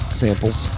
samples